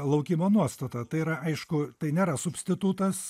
laukimo nuostatą tai yra aišku tai nėra substitutas